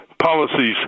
Policies